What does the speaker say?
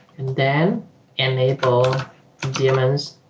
and then enable demons